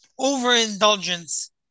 overindulgence